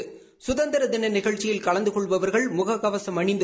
கதந்திர தின நிகழ்ச்சியில் கலந்து கொள்பவர்கள் முக கவசம் அணிந்து